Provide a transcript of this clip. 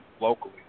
locally